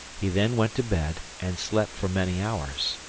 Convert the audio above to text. he then went to bed, and slept for many hours.